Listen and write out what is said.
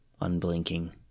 unblinking